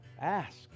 Ask